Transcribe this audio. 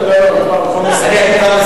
הוא כבר מסיים.